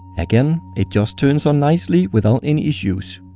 again, it just turns on nicely without any issues.